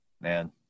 man